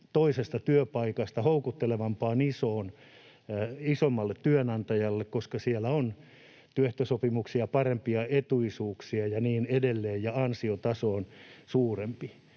toisesta työpaikasta houkuttelevampaan, isoon, isommalle työnantajalle, koska siellä on työehtosopimuksia parempia etuisuuksia ja niin edelleen ja ansiotaso on suurempi.